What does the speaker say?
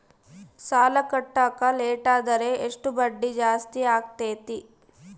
ಸಾಲ ಕಟ್ಟಾಕ ಲೇಟಾದರೆ ಎಷ್ಟು ಬಡ್ಡಿ ಜಾಸ್ತಿ ಆಗ್ತೈತಿ?